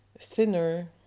thinner